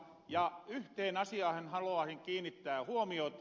ja yhteen asiaan haluaisin kiinnittää huomiota